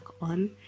on